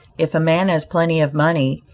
if a man has plenty of money,